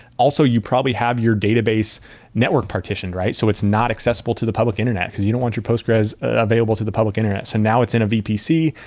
also, you probably have your database network partition, right? so it's not accessible to the public internet, because you don't want your postgres available to the public interests. so now it's in a vpc,